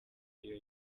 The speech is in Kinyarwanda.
ariyo